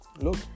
look